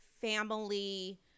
family